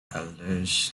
elders